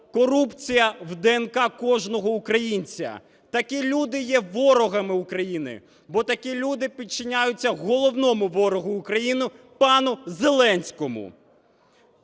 корупція в ДНК кожного українця. Такі люди є ворогами України, бо такі люди підчиняються головному ворогу України – пану Зеленському.